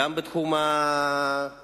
גם בתחום ההיי-טק.